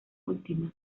última